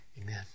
amen